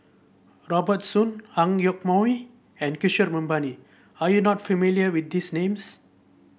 Robert Soon Ang Yoke Mooi and Kishore Mahbubani are you not familiar with these names